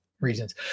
reasons